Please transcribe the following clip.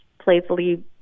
playfully